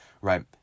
right